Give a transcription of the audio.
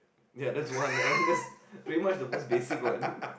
ya that is one ah that's pretty much the most basic one